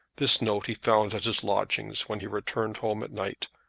this note he found at his lodgings when he returned home at night,